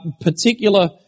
particular